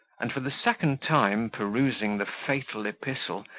and for the second time perusing the fatal epistle,